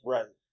Right